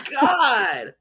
God